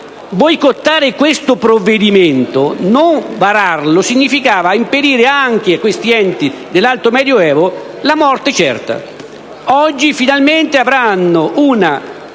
boicottare questo provvedimento, non vararlo, significava infliggere anche a questi enti sull'Alto Medioevo la morte certa. Oggi finalmente avranno un